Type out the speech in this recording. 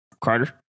Carter